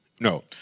no